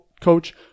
coach